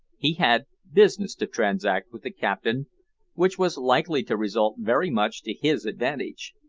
he had business to transact with the captain which was likely to result very much to his advantage,